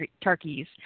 turkeys